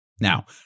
Now